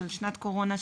של שנת קורונה,